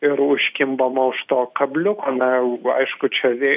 ir užkimbama už to kabliuko na aišku čia vė